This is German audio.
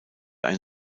ein